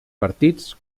partits